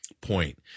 point